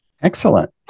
Excellent